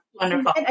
Wonderful